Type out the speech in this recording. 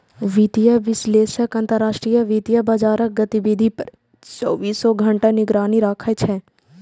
वित्तीय विश्लेषक अंतरराष्ट्रीय वित्तीय बाजारक गतिविधि पर चौबीसों घंटा निगरानी राखै छै